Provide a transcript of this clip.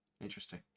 Interesting